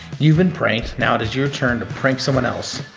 you've been pranked, now it is your turn to prank someone else.